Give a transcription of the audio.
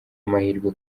amahirwe